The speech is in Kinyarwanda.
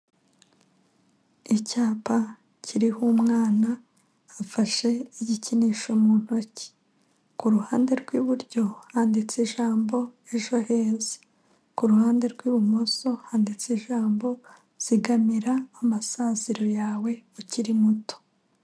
Icyapa kiriho umwana afashe igikinisho mu ntoki, ku ruhande rw'iburyo handitse ijambo ejo heza, ku ruhande rw'ibumoso handitse ijambo zigamira amasaziro yawe ukiri muto.